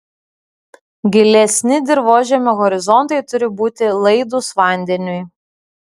gilesni dirvožemio horizontai turi būti laidūs vandeniui